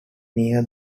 near